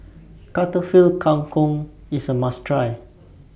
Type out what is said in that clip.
Kang Kong IS A must Try